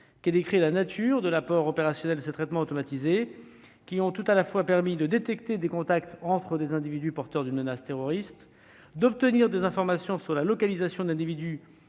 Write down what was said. qui décrit la nature de l'apport opérationnel de ces traitements automatisés. Ces derniers ont tout à la fois permis de détecter des contacts entre des individus porteurs d'une menace terroriste, d'obtenir des informations sur la localisation d'individus